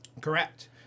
Correct